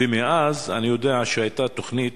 ומאז אני יודע שהיתה תוכנית